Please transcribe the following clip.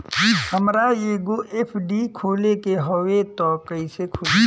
हमरा एगो एफ.डी खोले के हवे त कैसे खुली?